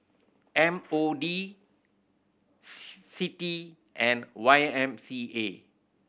M O D C D and Y M C A